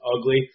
ugly